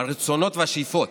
הרצונות והשאיפות,